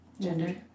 gender